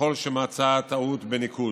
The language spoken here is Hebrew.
ככל שמצא טעות בניקוד.